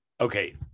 Okay